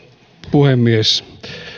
puhemies